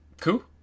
Cool